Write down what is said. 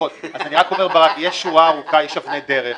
רק אומר, ברק, יש שורה ארוכה, יש אבני דרך,